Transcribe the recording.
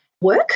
work